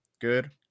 good